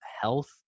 health